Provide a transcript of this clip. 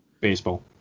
Baseball